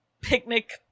picnic